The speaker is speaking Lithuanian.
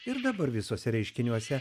ir dabar visuose reiškiniuose